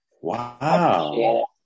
wow